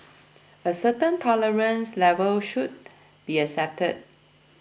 a certain tolerance level should be accepted